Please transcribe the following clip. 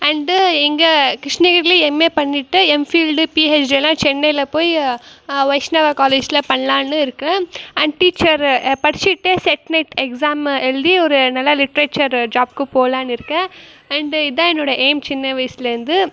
and எங்கள் கிருஷ்ணகிரியில் MA பண்ணிட்டு எம்பில்டு பிஹச்டி எல்லாம் சென்னையில் போய் வைஷ்ணவா காலேஜில் பண்ணலான்னு இருக்கேன் அண்ட் டீச்சரு படிச்சுக்கிட்டே செட் நெட் எக்ஸாமு எழுதி நல்லா லிட்ரேச்சரு ஜாப்க்கு போகலான்னு இருக்கேன் அண்டு இதுதான் என்னோடய எய்ம் சின்ன வயசுலேந்து